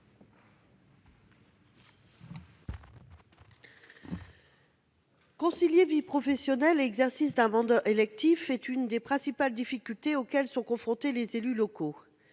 Concilier vie professionnelle et exercice d'un mandat électif est l'une des principales difficultés auxquelles sont confrontés les élus locaux.